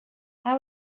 how